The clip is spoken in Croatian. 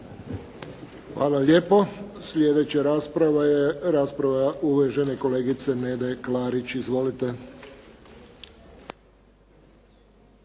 Hvala lijepo. Sljedeća rasprava je rasprava uvažene kolegice Nede Klarić. Izvolite.